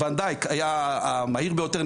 ואן דייק היה המהיר ביותר,